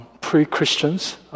pre-Christians